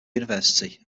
university